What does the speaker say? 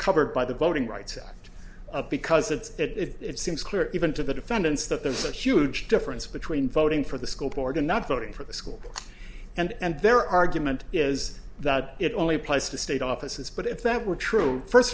covered by the voting rights act of because it's it seems clear even to the defendants that there's a huge difference between voting for the school board and not voting for the school and their argument is that it only applies to state offices but if that were true first